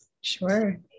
Sure